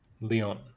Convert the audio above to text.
Leon